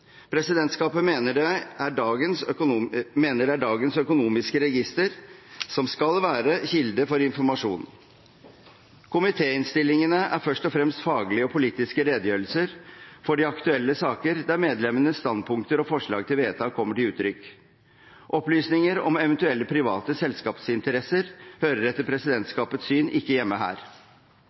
Presidentskapet mener det er dagens økonomiske register som skal være kilde til informasjon. Komitéinnstillingene er først og fremst faglige og politiske redegjørelser for de aktuelle saker, der medlemmenes standpunkter og forslag til vedtak kommer til uttrykk. Opplysninger om eventuelle private selskapsinteresser hører etter presidentskapets syn ikke hjemme her.